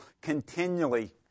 continually